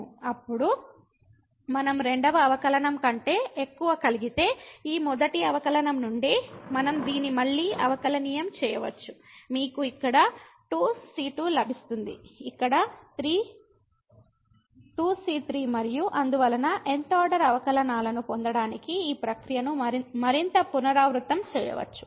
అప్పుడు మనం రెండవ అవకలనం కంటే ఎక్కువ కదిలితే ఈ మొదటి అవకలనం నుండి మనం దీన్ని మళ్ళీ అవకలనీయం చేయవచ్చు మీకు ఇక్కడ 2 c2 లభిస్తుంది ఇక్కడ 3 ⋅2c3 మరియు అందువలన n th ఆర్డర్ అవకలనాలను పొందడానికి ఈ ప్రక్రియను మరింత పునరావృతం చేయవచ్చు